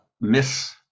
miss